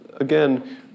again